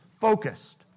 focused